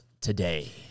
today